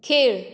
खेळ